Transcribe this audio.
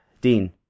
Dean